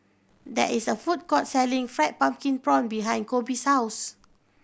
there is a food court selling Fried Pumpkin Prawns behind Koby's house